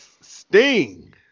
Sting